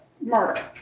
murder